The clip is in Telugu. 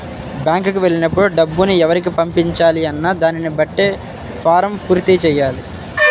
బ్యేంకుకి వెళ్ళినప్పుడు డబ్బుని ఎవరికి పంపించాలి అన్న దానిని బట్టే ఫారమ్ పూర్తి చెయ్యాలి